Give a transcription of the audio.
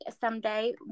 someday